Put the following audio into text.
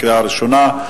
קריאה ראשונה.